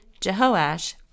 Jehoash